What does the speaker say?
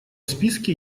списке